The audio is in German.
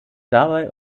dabei